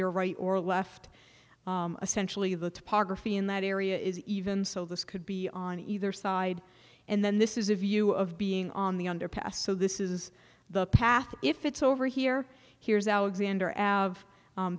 your right or left essential of the topography in that area is even so this could be on either side and then this is a view of being on the underpass so this is the path if it's over here here's alexander